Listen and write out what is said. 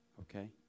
okay